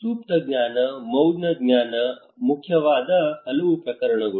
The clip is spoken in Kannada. ಸುಪ್ತ ಜ್ಞಾನ ಮೌನ ಜ್ಞಾನ ಮುಖ್ಯವಾದ ಹಲವು ಪ್ರಕರಣಗಳು